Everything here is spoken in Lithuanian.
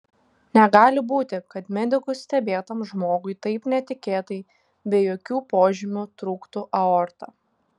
negali būti kad medikų stebėtam žmogui taip netikėtai be jokių požymių trūktų aorta